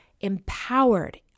empowered